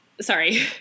Sorry